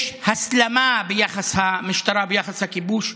יש הסלמה של המשטרה ביחס לכיבוש,